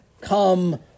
come